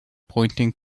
pointing